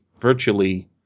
virtually